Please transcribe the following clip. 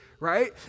Right